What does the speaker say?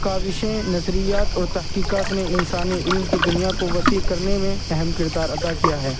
کاوشیں نظریات اور تحقیقات نے انسانی علم کی دنیا کو وسیع کرنے میں اہم کردار ادا کیا ہے